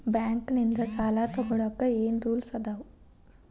Bank ನಿಂದ್ ಸಾಲ ತೊಗೋಳಕ್ಕೆ ಏನ್ ರೂಲ್ಸ್ ಅದಾವ?